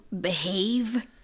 behave